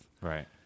Right